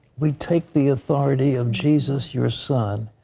we take the authority of jesus, your son,